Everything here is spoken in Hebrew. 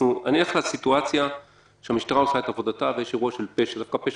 אני אלך לסיטואציה שהמשטרה עושה את עבודתה ויש אירוע של פשע חמור.